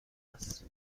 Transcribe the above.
است